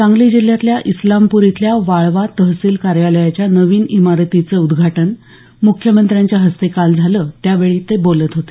सांगली जिल्ह्यातल्या इस्लामपूर इथल्या वाळवा तहसील कार्यालयाच्या नवीन इमारतीचं उद्धाटन मुख्यमंत्र्यांच्या हस्ते काल झालं त्यावेळी ते बोलत होते